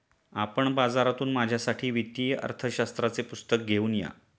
आपण बाजारातून माझ्यासाठी वित्तीय अर्थशास्त्राचे पुस्तक घेऊन या